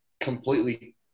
completely